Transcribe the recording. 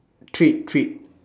treat treat